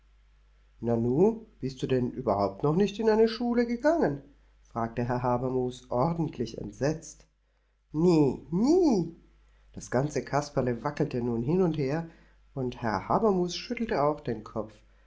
nanu bist du überhaupt noch nicht in eine schule gegangen fragte herr habermus ordentlich entsetzt nä nie das ganze kasperle wackelte nun hin und her und herr habermus schüttelte auch den kopf